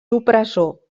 opressor